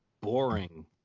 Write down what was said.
boring